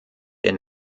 der